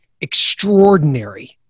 extraordinary